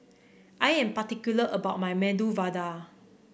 I am particular about my Medu Vada